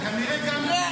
אתה כנראה גם,